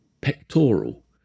pectoral